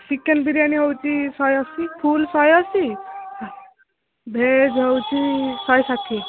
chicken biryani ହେଉଛି ଶହେ ଅଶୀ ଫୁଲ ଶହେ ଅଶୀ ଭେଜ୍ ହେଉଛି ଶହେ ଷାଠିଏ